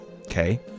okay